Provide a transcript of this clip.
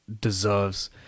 deserves